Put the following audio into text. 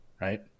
right